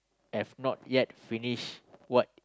have not yet finished what